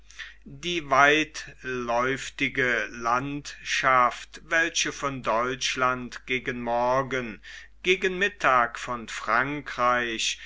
die weitläufige landschaft welche von deutschland gegen morgen gegen mittag von frankreich